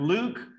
Luke